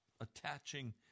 attaching